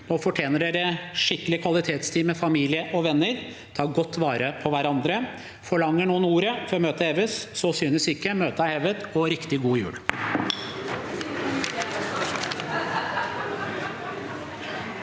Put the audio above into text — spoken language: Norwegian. Nå fortjener dere skikkelig kvalitetstid med familie og venner. Ta godt vare på hverandre. Forlanger noen ordet før møtet heves? – Så synes ikke, og møtet er hevet. Riktig god jul!